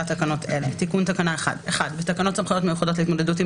תקנות אלה: תיקון תקנה 11. בתקנות סמכויות מיוחדות להתמודדות עם